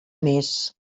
mes